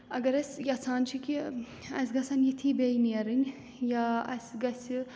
اگر أسۍ یَژھان چھِ کہِ اَسہِ گَژھَن یِتھی بیٚیہِ نیرٕنۍ یا اَسہِ گژھِ